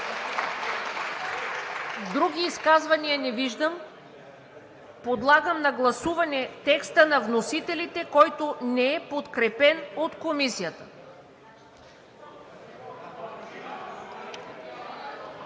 Други изказвания не виждам. Подлагам на гласуване текста на вносителите, който не е подкрепен от Комисията.